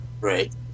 Right